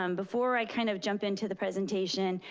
um before i kind of jump into the presentation,